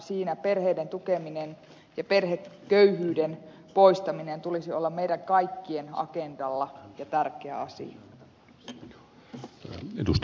siinä perheiden tukemisen ja perheköyhyyden poistamisen tulisi olla meidän kaikkien agendalla ja tärkeä asia